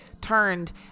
turned